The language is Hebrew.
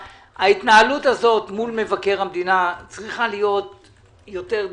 ההתנהלות הזאת מול מבקר המדינה צריכה להיות יותר דיסקרטית.